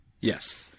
Yes